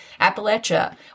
Appalachia